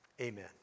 Amen